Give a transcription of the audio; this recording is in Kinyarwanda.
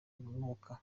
urunuka